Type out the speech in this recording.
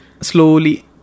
slowly